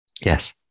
Yes